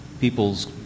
people's